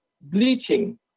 bleaching